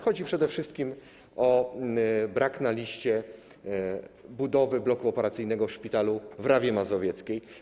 Chodzi przede wszystkim o brak na liście budowy bloku operacyjnego w szpitalu w Rawie Mazowieckiej.